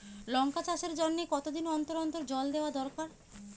লঙ্কা চাষের জন্যে কতদিন অন্তর অন্তর জল দেওয়া দরকার?